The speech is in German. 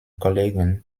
kollegen